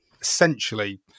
essentially